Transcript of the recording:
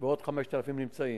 ועוד 5,000 נמצאים.